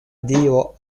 dio